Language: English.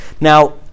Now